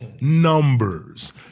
numbers